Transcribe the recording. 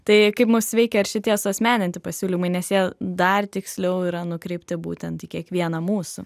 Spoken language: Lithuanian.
tai kaip mus veikia ir šitie suasmeninti pasiūlymai nes jie dar tiksliau yra nukreipti būtent į kiekvieną mūsų